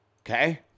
okay